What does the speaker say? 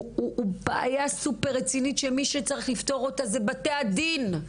הוא בעיה סופר רצינית שמי שצריך לפתור אותה זה בתי הדין,